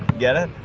get it?